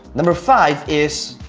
number five is,